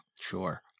Sure